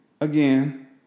Again